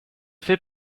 fait